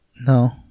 No